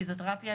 פיזיותרפיה,